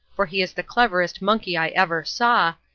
for he is the cleverest monkey i ever saw,